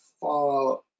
far